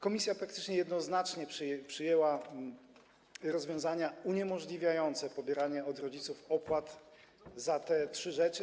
Komisja praktycznie jednoznacznie przyjęła rozwiązania uniemożliwiające pobieranie od rodziców opłat za te trzy rzeczy.